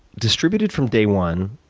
distributed from day one.